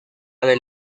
del